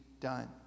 done